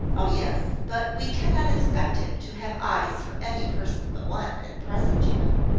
oh, yes but we cannot expect him to have eyes for any person but one, at present, you know.